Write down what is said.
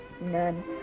None